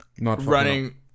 running